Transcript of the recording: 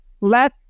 Let